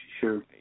Sure